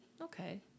Okay